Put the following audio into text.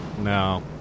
No